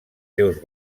seus